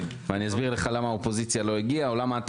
ואני אסביר לך למה האופוזיציה לא הגיעה או למה אתה